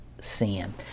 sin